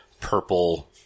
purple